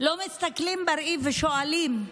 לא מסתכלים בראי ושואלים: